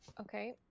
okay